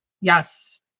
Yes